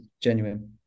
genuine